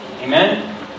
Amen